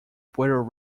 puerto